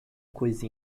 coisa